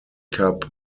cup